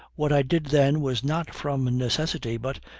what i did then was not from necessity, but,